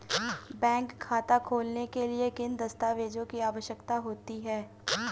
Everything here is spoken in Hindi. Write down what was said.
बैंक खाता खोलने के लिए किन दस्तावेजों की आवश्यकता होती है?